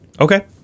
Okay